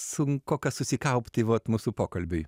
sunkoka susikaupti vot mūsų pokalbiui